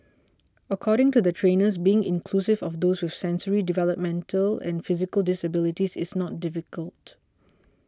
according to the trainers being inclusive of those with sensory developmental and physical disabilities is not difficult